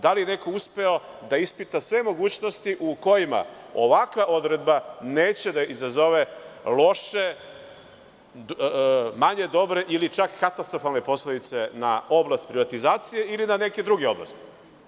Da li je neko uspeo da ispita sve mogućnosti u kojima ovakva odredba neće da izazove loše, manje dobre ili čak katastrofalne posledice na oblast privatizacije ili na neke druge oblasti?